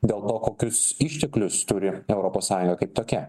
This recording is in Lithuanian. dėl to kokius išteklius turi europos sąjunga kaip tokia